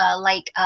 ah like,